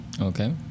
okay